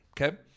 Okay